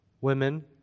Women